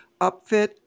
upfit